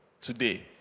today